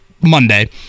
Monday